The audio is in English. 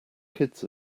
kids